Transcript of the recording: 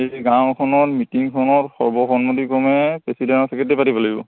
এই গাঁওখনত মিটিংখনত সৰ্বসন্মতিক্ৰমে প্ৰেচিডেণ্ট আৰু ছেক্ৰেটেৰী পাতিব লাগিব